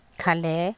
খালে